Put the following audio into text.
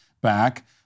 back